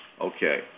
okay